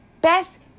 best